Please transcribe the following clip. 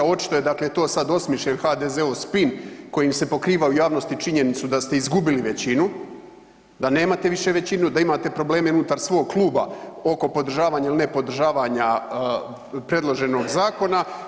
Očito je to sad osmišljen HDZ-ov spin kojim se pokriva u javnosti činjenicu da ste izgubili većinu, da nemate više većinu, da imate probleme unutar svog kluba oko podržavanja ili ne podržavanja predloženog zakona.